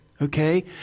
Okay